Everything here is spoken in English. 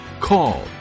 call